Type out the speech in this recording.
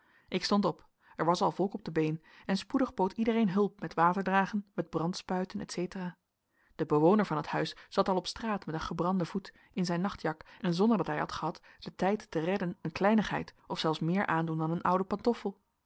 ik stond op er was al volk op de been en spoedig bood iedereen hulp met water dragen met brandspuiten etcetera de bewoner van het huis zat al op straat met een gebranden voet in zijn nachtjak en zonder dat hij had gehad den tijd te redden een kleinigheid of zelfs meer aandoen dan een oude pantoffel